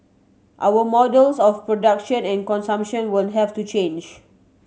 our models of production and consumption will have to change